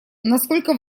насколько